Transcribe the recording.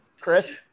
Chris